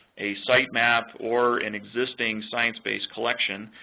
a sitemap, or an existing sciencebase collection.